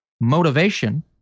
motivation